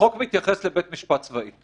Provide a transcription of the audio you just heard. -- החוק מתייחס לבית משפט צבאי,